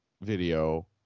video